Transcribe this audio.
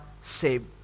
saved